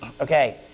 Okay